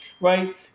Right